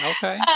Okay